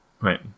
Right